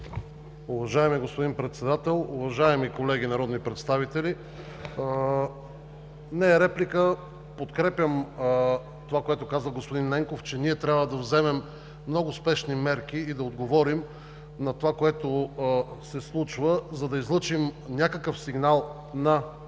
Уважаеми господин Председател, уважаеми колеги народни представители! Не е реплика. Подкрепям това, което каза господин Ненков, че трябва да вземем много спешни мерки и да отговорим на онова, което се случва, за да излъчим някакъв сигнал на